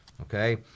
okay